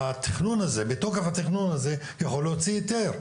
שמתוקף התכנון הזה יכול להוציא היתר.